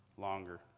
longer